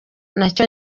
nacyo